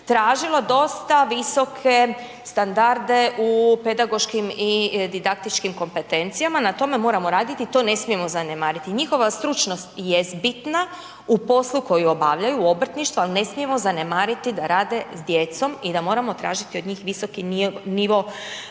tražilo dosta visoke standarde u pedagoškim i didaktičkim kompetencijama. Na tome moramo raditi i to ne smijemo zanemariti. Njihova stručnost jest bitna u poslu u kojem obavljaju, obrtništvu, ali ne smijemo zanemariti da rade s djecom i da moramo tražiti od njih visoki nivo kompetencija